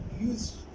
use